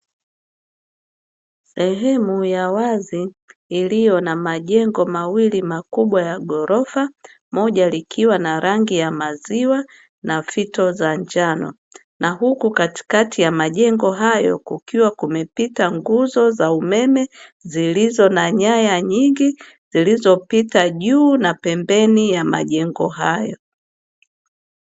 Sehemu ya wazi iliyo na majengo mawili makubwa ya ghorofa moja likiwa na rangi ya maziwa na fito za njano, na huku katikati ya majengo hayo kukiwa kumepita nguzo za umeme zilizo na nyaya nyingi zilizopita juu na pembeni ya majengo hayo.